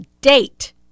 date